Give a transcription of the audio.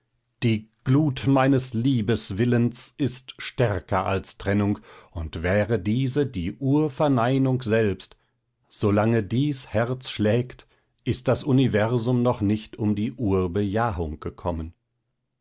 die glut meines liebeswillens ist stärker als trennung und wäre diese die urverneinung selbst solange dies herz schlägt ist das universum noch nicht um die urbejahung gekommen